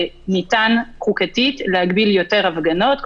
שניתן חוקתית להגביל יותר הפגנות,